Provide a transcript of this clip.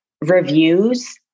reviews